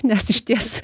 nes išties